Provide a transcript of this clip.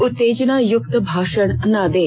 उत्तेजना युक्त भाषण न दें